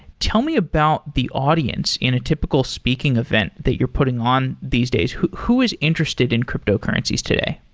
tell me about the audience in a typical speaking event that you're putting on these days. who who is interested in cryptocurrencies today?